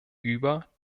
über